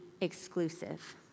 exclusive